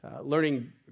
Learning